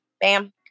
Bam